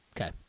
Okay